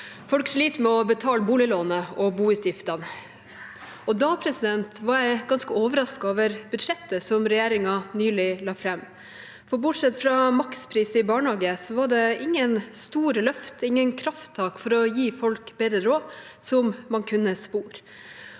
Folk sliter med å betale boliglånet og boutgiftene. Da var jeg ganske overrasket over budsjettet som regjeringen nylig la fram, for bortsett fra makspris i barnehage var det ingen store løft eller krafttak å spore for å gi folk bedre råd. Den samlede